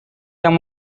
yang